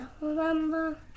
Remember